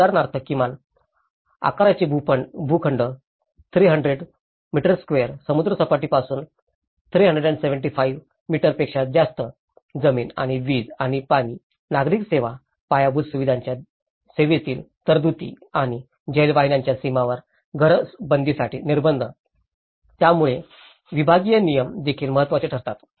उदाहरणार्थ किमान आकाराचे भूखंड 300 चौरस मीटर समुद्रसपाटीपासून 375 मीटर पेक्षा जास्त जमीन आणि वीज आणि पाणी नागरी सेवा पायाभूत सुविधांच्या सेवेतील तरतुदी आणि जलवाहिन्यांच्या सीमेवर घरबंदीसाठी निर्बंध त्यामुळेच विभागीय नियम देखील महत्त्वाचे ठरतात